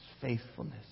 faithfulness